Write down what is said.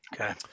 Okay